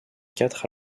quatre